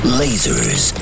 lasers